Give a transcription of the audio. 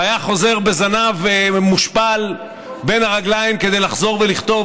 והיה חוזר בזנב מושפל בין הרגליים כדי לחזור ולכתוב.